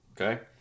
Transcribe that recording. okay